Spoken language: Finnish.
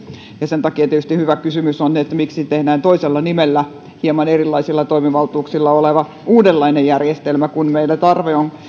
sen takia tietysti hyvä kysymys on miksi tehdään toisella nimellä hieman erilaisilla toimivaltuuksilla oleva uudenlainen järjestelmä kun meillä tarve on erityisesti